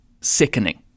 sickening